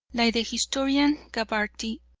like the historian gabarty,